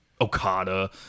Okada